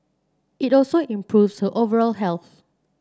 it also improves her overall health